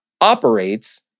operates